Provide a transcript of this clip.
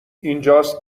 اینجاست